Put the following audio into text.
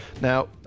Now